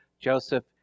Joseph